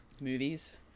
movies